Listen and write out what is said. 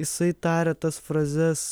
jisai taria tas frazes